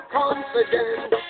confident